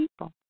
people